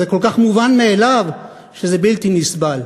זה כל כך מובן מאליו שזה בלתי נסבל.